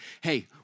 hey